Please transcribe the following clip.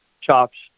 chops